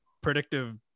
predictive